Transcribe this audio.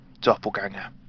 doppelganger